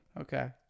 Okay